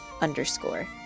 underscore